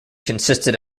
consisted